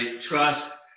trust